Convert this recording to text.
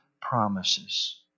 promises